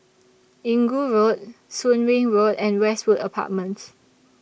Inggu Road Soon Wing Road and Westwood Apartments